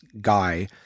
guy